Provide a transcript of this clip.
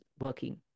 working